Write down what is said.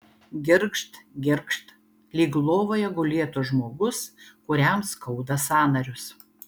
girgžt girgžt lyg lovoje gulėtų žmogus kuriam skauda sąnarius